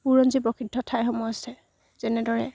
বুৰঞ্জীপ্ৰসিদ্ধ ঠাইসমূহ আছে যেনেদৰে